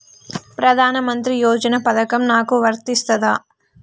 ప్రధానమంత్రి యోజన పథకం నాకు వర్తిస్తదా?